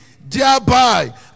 thereby